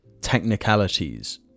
technicalities